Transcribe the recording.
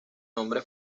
nombre